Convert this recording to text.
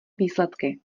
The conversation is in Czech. výsledky